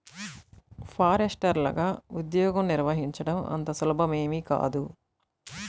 ఫారెస్టర్లగా ఉద్యోగం నిర్వహించడం అంత సులభమేమీ కాదు